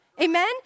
Amen